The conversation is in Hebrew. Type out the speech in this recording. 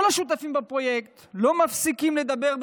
כל השותפים בפרויקט לא מפסיקים לדבר על